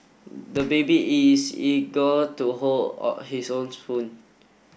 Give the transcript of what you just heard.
the baby is eager to hold his own spoon